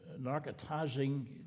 narcotizing